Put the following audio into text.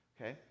Okay